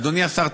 אדוני השר,